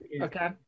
Okay